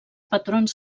patrons